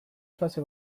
fase